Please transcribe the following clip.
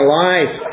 life